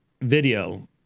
video